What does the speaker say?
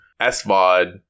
SVOD